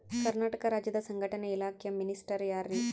ಕರ್ನಾಟಕ ರಾಜ್ಯದ ಸಂಘಟನೆ ಇಲಾಖೆಯ ಮಿನಿಸ್ಟರ್ ಯಾರ್ರಿ?